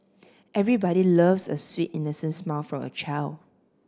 everybody loves a sweet innocent smile from a child